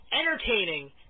entertaining